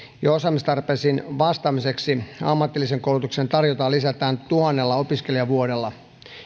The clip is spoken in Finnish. ja osaamistarpeisiin vastaamiseksi ammatillisen koulutuksen tarjontaa lisätään tuhannella opiskelijavuodella ja